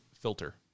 filter